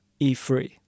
E3